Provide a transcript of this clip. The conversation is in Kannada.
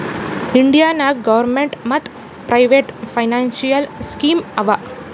ಇಂಡಿಯಾ ನಾಗ್ ಗೌರ್ಮೇಂಟ್ ಮತ್ ಪ್ರೈವೇಟ್ ಫೈನಾನ್ಸಿಯಲ್ ಸ್ಕೀಮ್ ಆವಾ